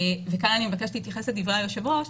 וכאן אני מבקשת להתייחס לדברי היושב-ראש,